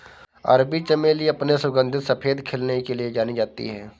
अरबी चमेली अपने सुगंधित सफेद खिलने के लिए जानी जाती है